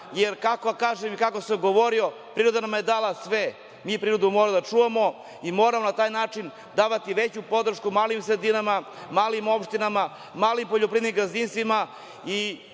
jer kako sam govorio, priroda nam je dala sve, mi prirodu moramo da čuvamo i moramo na taj način davati veću podršku malim sredinama, malim opštinama, malim poljoprivrednim gazdinstvima.